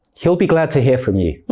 he'd be glad to hear from you.